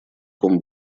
ком